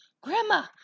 Grandma